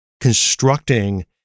constructing